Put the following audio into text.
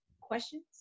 questions